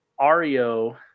Ario